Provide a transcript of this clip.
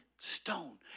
stone